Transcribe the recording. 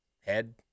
head